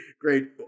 Great